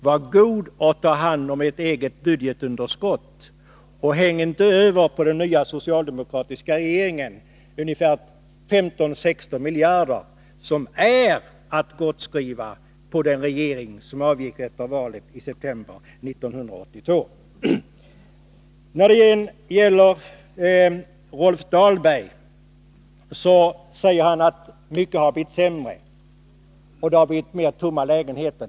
Var god ta hand om ert eget budgetunderskott och häng inte över på den nya socialdemokratiska regeringen 15-16 miljarder som är att gottskriva den regering som avgick efter valet i september 1982! Rolf Dahlberg säger att mycket har blivit sämre och att det har blivit fler tomma lägenheter.